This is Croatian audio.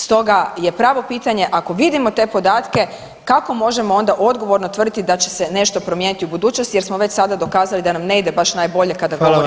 Stoga je pravo pitanje ako vidimo te podatke kako možemo onda odgovorno tvrditi da će se nešto promijeniti u budućnosti jer smo već sada dokazali da nam ne ide baš najbolje kada govorimo o